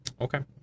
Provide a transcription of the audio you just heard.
Okay